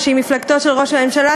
ושהיא מפלגתו של ראש הממשלה,